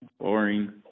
Boring